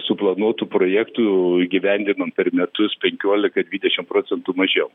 suplanuotų projektų įgyvendinom per metus penkiolika dvidešim procentų mažiau